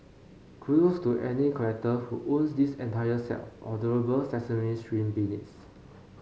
kudos to any collector who owns this entire set of adorable Sesame Street beanies